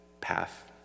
path